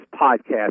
podcast